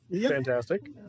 Fantastic